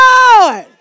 Lord